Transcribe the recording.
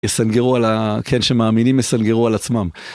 יסנגרו על ה- כן, שמאמינים יסנגרו על עצמם.